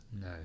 no